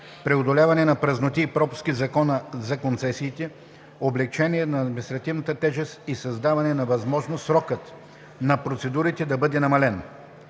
преодоляване на празноти и пропуски в Закона за концесиите; облекчение на административната тежест и създаване на възможност срокът на процедурите да бъде намален.